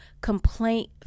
complaint